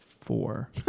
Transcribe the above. Four